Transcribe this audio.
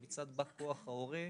מצד בא כוח ההורה,